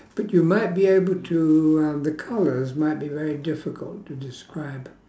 but you might be able to um the colours might be very difficult to describe